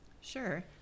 Sure